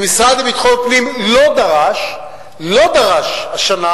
והמשרד לביטחון הפנים לא דרש, לא דרש השנה